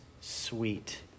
sweet